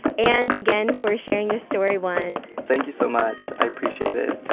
and again, for sharing your story, juan thank you so much. i appreciate it